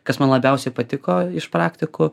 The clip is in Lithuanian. kas man labiausiai patiko iš praktikų